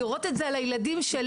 לראות את זה על הילדים שלי?